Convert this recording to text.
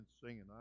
singing